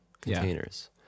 containers